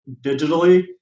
digitally